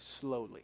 slowly